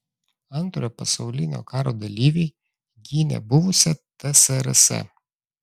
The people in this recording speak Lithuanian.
antrojo pasaulinio karo dalyviai gynė buvusią tsrs